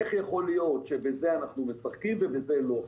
איך יכול להיות שבזה אנחנו משחקים ובזה לא?